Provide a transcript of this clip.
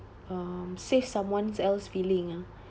um save someone's else feeling ah